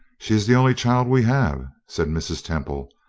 she is the only child we have, said mrs. temple,